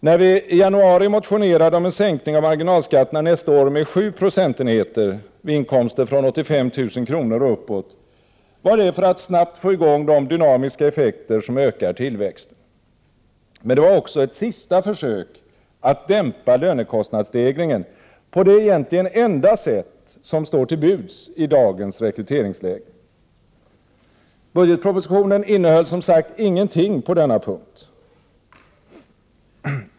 När vii januari motionerade om en sänkning av marginalskatterna nästa år med 7 procentenheter vid inkomster från 85 000 kr. och uppåt, var det för att snabbt få i gång de dynamiska effekter som ökar tillväxten. Men det var också ett sista försök att dämpa lönekostnadsstegringen på det egentligen enda sätt som står till buds i dagens rekryteringsläge. Budgetpropositionen innehöll som sagt ingenting på denna punkt.